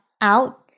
out